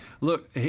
Look